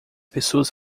pessoas